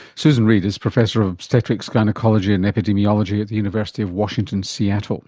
susan reed is professor of obstetrics, gynaecology and epidemiology at the university of washington seattle.